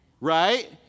right